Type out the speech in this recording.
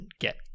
get